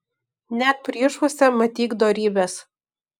net priešuose matyk dorybes